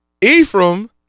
Ephraim